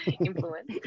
influence